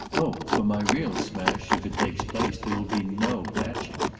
oh for my real smash, if it takes place, there will be no patching.